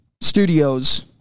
studios